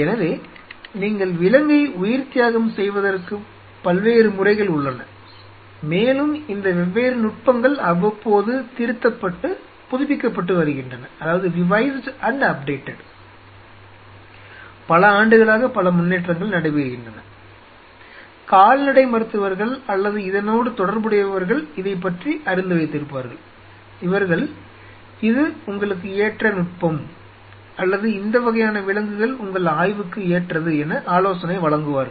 எனவே நீங்கள் விலங்கை உயிர்த்தியாகம் செய்வதற்கு பல்வேறு முறைகள் உள்ளன மேலும் இந்த வெவ்வேறு நுட்பங்கள் அவ்வப்போது திருத்தப்பட்டு புதுப்பிக்கப்பட்டு வருகின்றன பல ஆண்டுகளாக பல முன்னேற்றங்கள் நடைபெறுகின்றன கால்நடை மருத்துவர்கள் அல்லது இதனோடு தொடர்புடையவர்கள் இதைப்பற்றி அறிந்து வைத்திருப்பார்கள் இவர்கள் இது உங்களுக்கு ஏற்ற நுட்பம் அல்லது இந்த வகையான விலங்குகள் உங்கள் ஆய்வுக்கு ஏற்றது என ஆலோசனை வழங்குவார்கள்